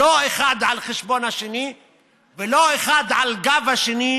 לא אחד על חשבון השני ולא אחד על גב השני,